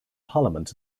parliament